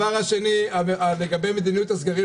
הדבר השני, לגבי מדיניות הסגרים.